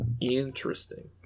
Interesting